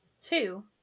two